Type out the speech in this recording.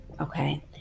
okay